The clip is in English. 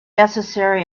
necessary